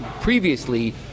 previously